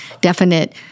definite